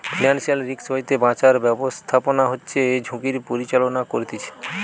financial risk হইতে বাঁচার ব্যাবস্থাপনা হচ্ছে ঝুঁকির পরিচালনা করতিছে